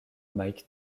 mike